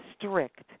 strict